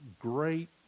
great